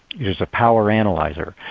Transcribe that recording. it is a power analyzer.